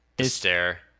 Stare